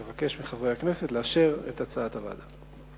אבקש מחברי הכנסת לאשר את הצעת הוועדה.